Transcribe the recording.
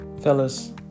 Fellas